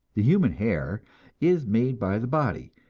the human hair is made by the body,